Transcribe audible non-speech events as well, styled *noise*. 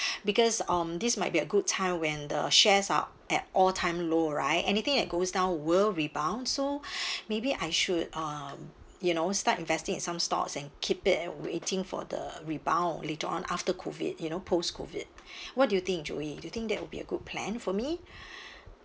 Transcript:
because um this might be a good time when the shares are at all time low right anything that goes down will rebound so *breath* maybe I should um you know start investing in some stores and keep it and waiting for the rebound later on after COVID you know post COVID *breath* what do you think joy do you think that would be a good plan for me *breath*